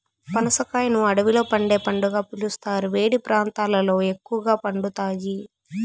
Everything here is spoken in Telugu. పనస కాయను అడవిలో పండే పండుగా పిలుస్తారు, వేడి ప్రాంతాలలో ఎక్కువగా పండుతాయి